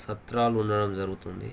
సత్రాలు ఉండడం జరుగుతుంది